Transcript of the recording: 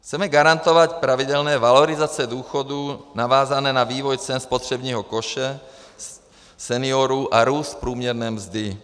Chceme garantovat pravidelné valorizace důchodů navázané na vývoj cen spotřebního koše seniorů a růst průměrné mzdy.